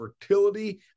fertility